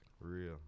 real